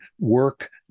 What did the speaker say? work